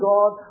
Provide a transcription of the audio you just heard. God